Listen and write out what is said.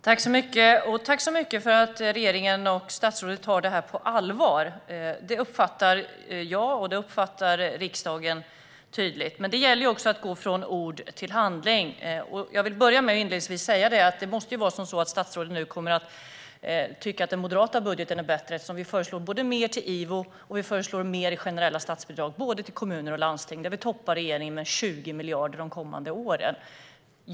Fru talman! Jag tackar så mycket för att regeringen och statsrådet tar det här på allvar. Det uppfattar jag och riksdagen tydligt att ni gör. Men det gäller också att gå från ord till handling. Jag vill börja med att säga det måste vara så att statsrådet kommer att tycka att den moderata budgeten är bättre eftersom vi föreslår både mer till IVO och mer i generella statsbidrag till både kommuner och landsting, där vi toppar regeringen med 20 miljarder de kommande åren.